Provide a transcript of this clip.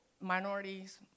minorities